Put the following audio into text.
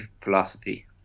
philosophy